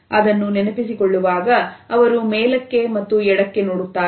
ಅದನ್ನು ನೆನಪಿಸಿಕೊಳ್ಳುವಾಗ ಅವರು ಮೇಲಕ್ಕೆ ಮತ್ತು ಎಡಕ್ಕೆ ನೋಡುತ್ತಾರೆ